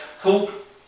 hope